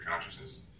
consciousness